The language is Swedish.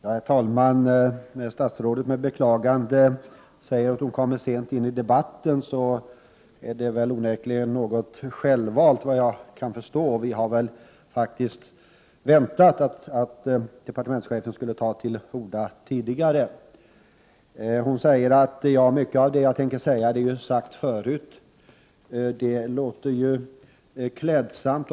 Herr talman! När statsrådet med beklagande säger att hon kommer sent in i debatten, är det onekligen, såvitt jag förstår, något självförvållat. Vi hade faktiskt väntat att departementschefen skulle ta till orda tidigare. Hon sade att mycket av vad hon tänkte säga hade sagts förut. Det låter ju klädsamt.